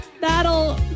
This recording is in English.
That'll